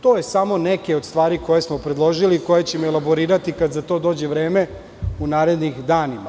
To su samo neke od stvari koje smo predložili i koje ćemo elaborirati kada za to dođe vreme u narednim danima.